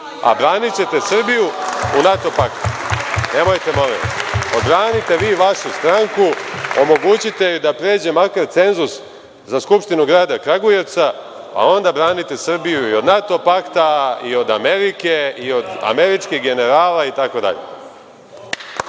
a branićete Srbiju i NATO pakt. Nemojte molim vas. Odbranite vašu stranku, omogućite joj da pređe makar cenzus za Skupštinu grada Kragujevca, a onda branite Srbiju od NATO pakta i od Amerike i od američkih generala itd.